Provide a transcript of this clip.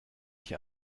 euch